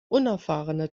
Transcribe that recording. unerfahrene